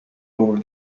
over